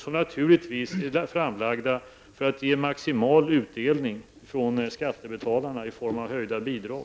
De har naturligtvis lagts fram för att man skall få maximal utdelning av skattebetalarna i form av höjda bidrag.